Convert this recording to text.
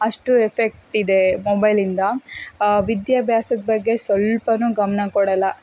ಅಷ್ಟು ಎಫೆಕ್ಟಿದೆ ಮೊಬೈಲಿಂದ ವಿದ್ಯಾಭ್ಯಾಸದ ಬಗ್ಗೆ ಸ್ವಲ್ಪವು ಗಮನ ಕೊಡೊಲ್ಲ